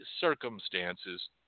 circumstances